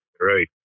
right